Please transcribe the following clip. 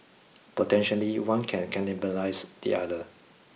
potentially one can cannibalise the other